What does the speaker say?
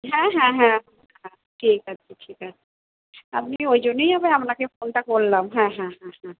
হ্যাঁ হ্যাঁ হ্যাঁ ঠিক আছে ঠিক আছে আমি ওই জন্যই আবার আপনাকে ফোনটা করলাম হ্যাঁ হ্যাঁ হ্যাঁ হ্যাঁ